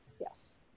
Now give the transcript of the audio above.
Yes